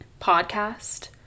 podcast